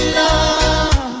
love